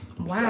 Wow